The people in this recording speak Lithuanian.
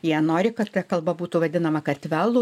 jie nori kad ta kalba būtų vadinama kartvelų